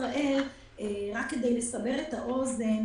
רק כדי לסבר את האוזן.